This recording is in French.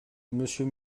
monsieur